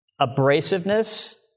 abrasiveness